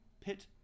pit